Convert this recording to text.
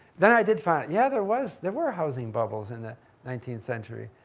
then i did find it. yeah there was, there were housing bubbles in the nineteenth century.